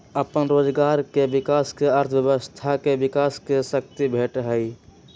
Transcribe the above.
अप्पन रोजगार के विकास से अर्थव्यवस्था के विकास के शक्ती भेटहइ